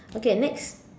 okay next